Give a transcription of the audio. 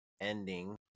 ending